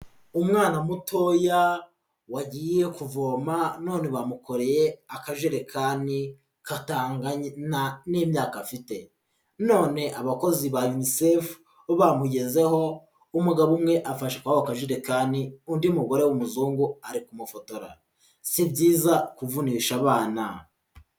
Umwana mutoya wagiye kuvoma none bamukoreye akajerekani katangana n'imyaka afite. None abakozi ba UNICEF bamugezeho, umugabo umwe afashe kuri ako kajerekani, undi mugore w'umuzungu ari kumufotora. Si byiza kuvunisha abana.